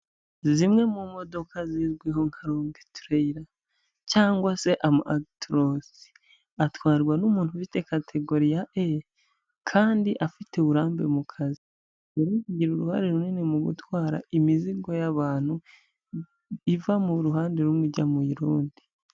Zimwe mu modoka zizwiho nka longo tureyila, cyangwa se ama akitorosi, atwarwa n'umuntu ufite kategori ya E, kandi afite uburambe mu kazi. Rero bigira uruhare runini mu gutwara imizigo y'abantu, iva mu ruhande rumwe ijya mu rundi.